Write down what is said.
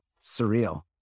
Surreal